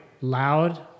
loud